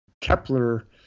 kepler